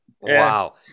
wow